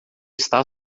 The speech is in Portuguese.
está